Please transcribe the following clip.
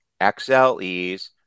XLEs